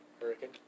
Hurricane